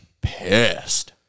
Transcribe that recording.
pissed